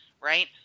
right